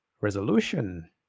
resolution